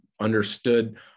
understood